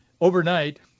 Overnight